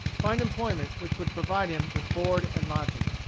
find employment which would provide him with board and lodging.